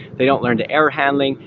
they don't learn to error-handling,